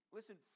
Listen